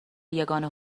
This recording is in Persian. یگانه